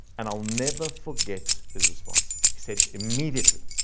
and i'll never forget his response. he said immediately,